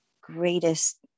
greatest